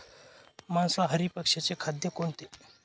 मांसाहारी पक्ष्याचे खाद्य कोणते?